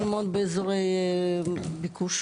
מאוד באזורי ביקוש,